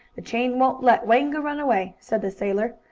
the chain won't let wango run away, said the sailor.